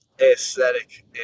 aesthetic